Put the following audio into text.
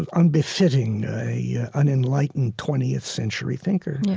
and unbefitting yeah an enlightened twentieth century thinker.